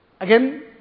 Again